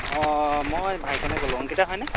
অঁ মই ভাইকনে ক'লোঁ অংকিতা হয়নে